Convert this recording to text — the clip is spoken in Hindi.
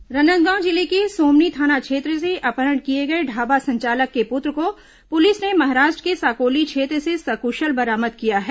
अपहरण राजनांदगांव जिले के सोमनी थाना क्षेत्र से अपहरण किए गए ढाबा संचालक के पुत्र को पुलिस ने महाराष्ट्र के साकोली क्षेत्र से सक्शल बरामद किया है